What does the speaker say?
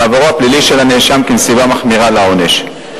בעברו הפלילי כנסיבה מחמירה לעונש.